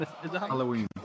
Halloween